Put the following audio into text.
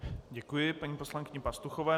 Děkuji paní poslankyni Pastuchové.